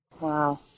Wow